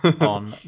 on